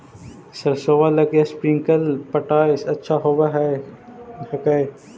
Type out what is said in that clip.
सरसोबा लगी स्प्रिंगर पटाय अच्छा होबै हकैय?